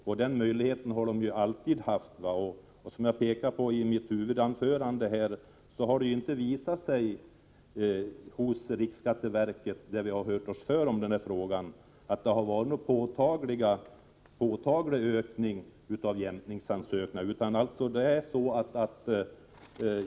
De har alltid haft den möjligheten, och som jag pekade på i mitt huvudanförande har det inte hos riksskatteverket — där vi har hört oss för i denna fråga — varit någon påtaglig ökning av jämkningsansökningarna.